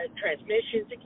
transmissions